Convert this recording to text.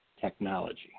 technology